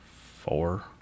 four